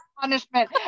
punishment